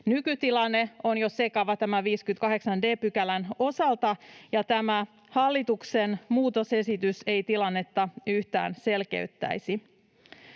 Nykytilanne on jo sekava tämän 58 d §:n osalta, ja tämä hallituksen muutosesitys ei tilannetta yhtään selkeyttäisi.